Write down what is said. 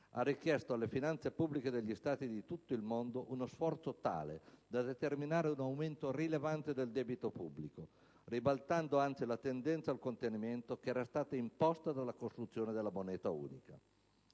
ha richiesto alle finanze pubbliche degli Stati di tutto il mondo uno sforzo tale da determinare un aumento rilevante del debito pubblico, ribaltando la tendenza al contenimento che era stata imposta dalla costruzione della moneta unica.